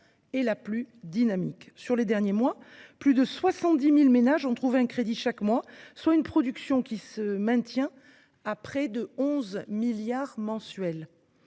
est la plus dynamique. Sur les derniers mois, plus de 70 000 ménages ont trouvé un crédit chaque mois, soit une production qui se maintient à près de 11 milliards d’euros